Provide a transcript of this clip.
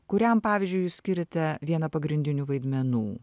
kuriam pavyzdžiui jūs skiriate vieną pagrindinių vaidmenų